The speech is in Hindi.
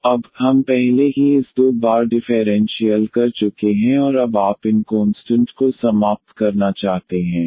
तो अब हम पहले ही इस दो बार डिफेरेंशीयल कर चुके हैं और अब आप इन कोंस्टंट को समाप्त करना चाहते हैं